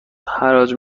حراج